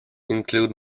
include